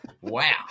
Wow